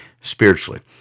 spiritually